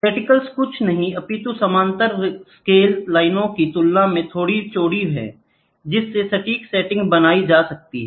रिटिकल कुछ नहींअपितु समानांतर स्केल लाइनों की तुलना में थोड़ी चौड़ी हैं जिससे सटीक सेटिंग बनाई जा सकती है